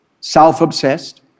self-obsessed